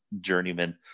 journeyman